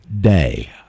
day